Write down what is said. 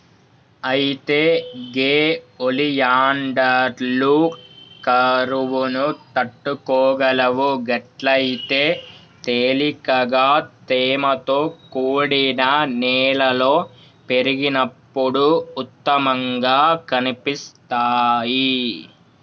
అయితే గే ఒలియాండర్లు కరువును తట్టుకోగలవు గట్లయితే తేలికగా తేమతో కూడిన నేలలో పెరిగినప్పుడు ఉత్తమంగా కనిపిస్తాయి